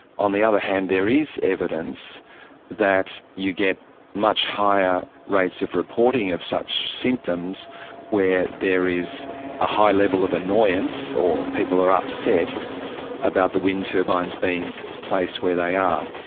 on the other hand there is evidence that you get much higher rates of reporting of such symptoms where there is a high level of annoyance or people are upset about the wind turbines being placed where they are.